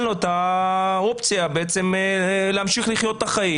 לו את האופציה בעצם להמשיך לחיות את החיים.